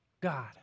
God